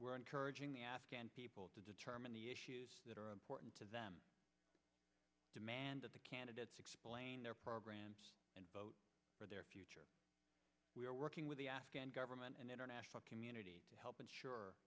we're encouraging the afghan people to determine the issues that are important to them demand of the candidates explain their programs and vote for their future we are working with the afghan government and international community to help ensure